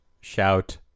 Shout